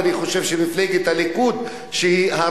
אני חושב שבמיוחד מפלגת הליכוד,